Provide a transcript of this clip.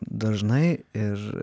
dažnai ir